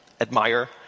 admire